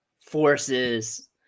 forces